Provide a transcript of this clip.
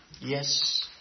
Yes